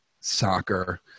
soccer